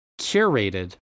curated